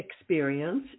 experience